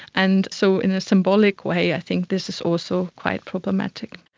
and so in a symbolic way i think this is also quite problematic.